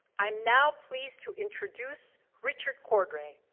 i'm now pleased to introduce richard cordray.